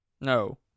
No